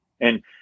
And-